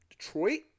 Detroit